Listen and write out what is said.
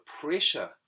pressure